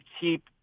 keep